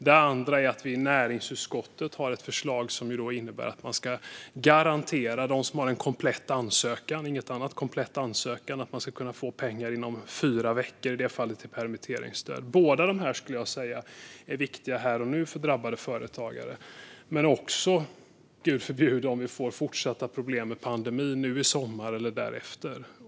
Det andra förslaget hanteras av oss i näringsutskottet och innebär att man ska garantera dem som har en komplett ansökan - inget annat - att de ska få pengar inom fyra veckor, i det fallet i form av permitteringsstöd. Båda de här förslagen är viktiga för drabbade företagare här och nu, men också - gud förbjude - om vi får fortsatta problem med pandemin nu i sommar eller därefter.